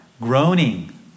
groaning